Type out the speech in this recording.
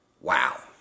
Wow